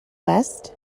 west